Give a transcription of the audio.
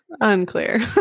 unclear